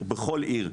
בכל עיר.